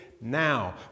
now